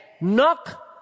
Knock